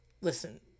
listen